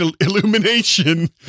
Illumination